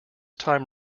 time